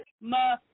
ma